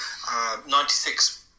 96